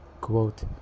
Quote